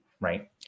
right